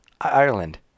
Ireland